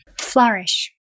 Flourish